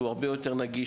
שהוא הרבה יותר נגיש,